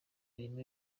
irimo